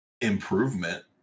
improvement